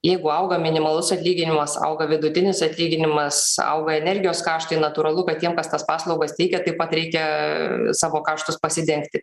jeigu auga minimalus atlyginimas auga vidutinis atlyginimas auga energijos kaštai natūralu kad tiem kas tas paslaugas teikia taip pat reikia savo kaštus pasidengti